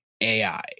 ai